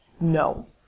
no